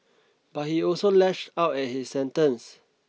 but he also lashed out at his sentence